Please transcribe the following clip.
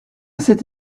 cet